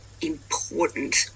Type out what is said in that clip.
important